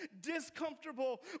discomfortable